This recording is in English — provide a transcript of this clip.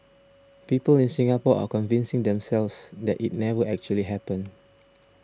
people in Singapore are convincing themselves that it never actually happened